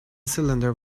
cylinder